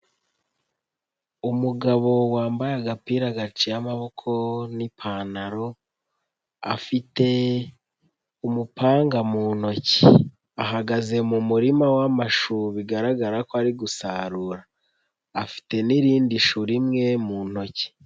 Umugabo wambaye agapira gaciye amaboko n'ipantaro, afite umupanga mu ntoki, ahagaze mu murima w'amashu bigaragara ko ari gusarura, afite n'irindi shu rimwe mu ntoki.